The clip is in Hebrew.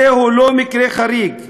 זהו לא מקרה חריג,